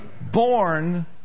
Born